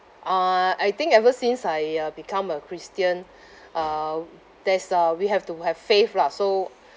uh I think ever since I uh become a christian uh there's uh we have to have faith lah so